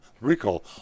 recall